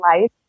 life